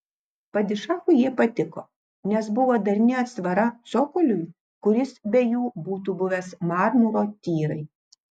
padišachui jie patiko nes buvo darni atsvara cokoliui kuris be jų būtų buvęs marmuro tyrai